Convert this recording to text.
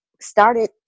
started